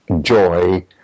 joy